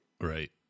Right